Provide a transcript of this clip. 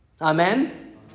Amen